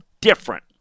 different